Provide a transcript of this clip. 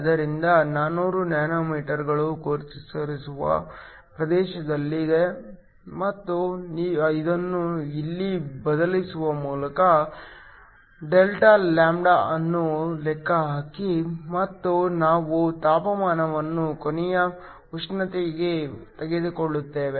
ಆದ್ದರಿಂದ 400 ನ್ಯಾನೋಮೀಟರ್ಗಳು ಗೋಚರಿಸುವ ಪ್ರದೇಶದಲ್ಲಿದೆ ಮತ್ತು ಇದನ್ನು ಇಲ್ಲಿ ಬದಲಿಸುವ ಮೂಲಕ Δλ ಅನ್ನು ಲೆಕ್ಕಹಾಕಿ ಮತ್ತು ನಾವು ತಾಪಮಾನವನ್ನು ಕೋಣೆಯ ಉಷ್ಣತೆಗೆ ತೆಗೆದುಕೊಳ್ಳುತ್ತೇವೆ